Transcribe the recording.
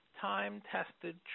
time-tested